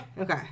Okay